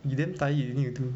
you damn tired you need to do